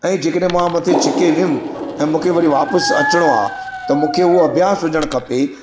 ऐं जे कॾहिं मां मथे छिके वियुमि त मूंखे वरी वापसि अचिणो आहे त मूंखे उहो अभ्यास हुजणु खपे